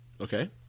okay